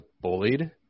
bullied